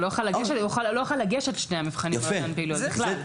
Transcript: הוא לא יוכל לגשת לשני המבחנים באותן פעילויות בכלל.